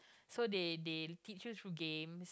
so they they teach you through game